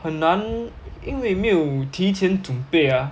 很难因为没有提前准备啊